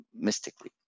mystically